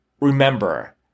Remember